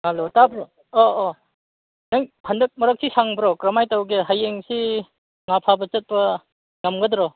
hello ꯇꯥꯕ꯭ꯔꯣ ꯑꯧ ꯑꯧ ꯍꯪ ꯍꯟꯗꯛ ꯃꯔꯛꯁꯤ ꯁꯪꯕꯔꯣ ꯀꯔꯝ ꯍꯥꯏ ꯇꯧꯒꯦ ꯍꯌꯦꯡꯁꯤ ꯉꯥ ꯐꯥꯕ ꯆꯠꯄ ꯉꯝꯒꯗ꯭ꯔꯣ